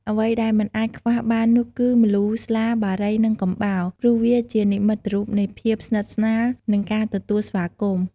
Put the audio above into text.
អ្វីដែលមិនអាចខ្វះបាននោះគឺ ម្លូ ស្លា បារី និងកំបោរ ព្រោះវាជានិមិត្តរូបនៃភាពស្និទ្ធស្នាល និងការទទួលស្វាគមន៍។